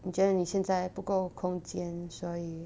你觉得你现在不够空间所以